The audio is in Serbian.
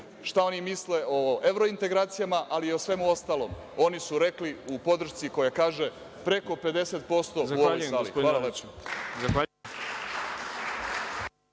šta misle o evrointegracijama, ali i o svemu ostalom. Oni su rekli u podršci koja kaže preko 50% u ovoj sali. **Đorđe